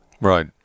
Right